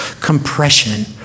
compression